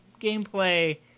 gameplay